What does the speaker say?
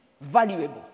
valuable